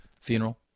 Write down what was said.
funeral